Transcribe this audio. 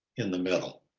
in the middle.